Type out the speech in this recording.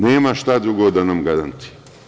Nema šta drugo da nam garantuje.